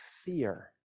fear